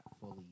fully